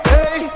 Hey